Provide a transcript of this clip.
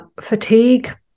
fatigue